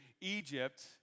Egypt